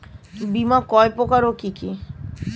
বীমা কয় প্রকার কি কি?